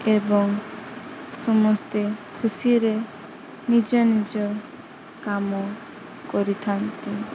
ଏବଂ ସମସ୍ତେ ଖୁସିରେ ନିଜ ନିଜ କାମ କରିଥାନ୍ତି